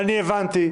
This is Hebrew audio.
אני הבנתי.